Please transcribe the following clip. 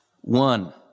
one